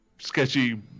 Sketchy